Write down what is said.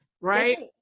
right